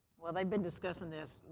well, they've been discussing this,